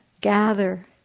gather